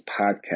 podcast